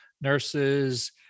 nurses